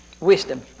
wisdom